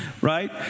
right